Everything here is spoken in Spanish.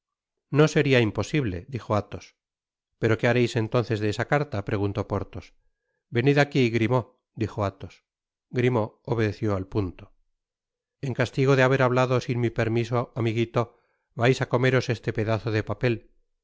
no seria imposible dijo athos pero qué hareis entonces de esa carta preguntó porthos venid aqui grimaud dijo athos grimaud obedeció al punto en castigo de haber hablado sin mi permiso amiguito vais á comeros este pedazo de papel luego